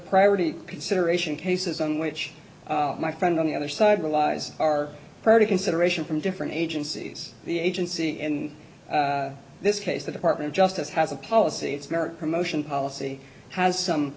priority consideration cases on which my friend on the other side relies are pretty consideration from different agencies the agency in this case the department of justice has a policy its merit promotion policy has some